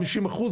חמישים אחוז.